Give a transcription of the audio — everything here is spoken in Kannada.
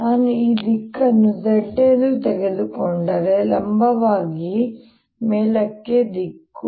ನಾನು ಈ ದಿಕ್ಕನ್ನು z ಎಂದು ತೆಗೆದುಕೊಂಡರೆ ಲಂಬವಾಗಿ ಮೇಲಕ್ಕೆ ದಿಕ್ಕು